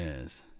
Yes